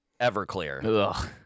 Everclear